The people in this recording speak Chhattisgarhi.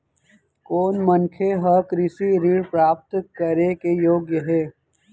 कोन मनखे ह कृषि ऋण प्राप्त करे के योग्य हे?